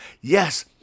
Yes